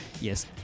yes